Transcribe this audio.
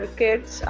kids